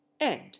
End